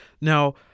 Now